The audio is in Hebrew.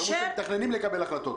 הם אמרו שהם מתכננים לקבל החלטות.